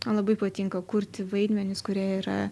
man labai patinka kurti vaidmenis kurie yra